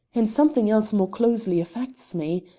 and something else more closely affects me.